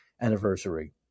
anniversary